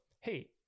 hey